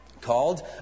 called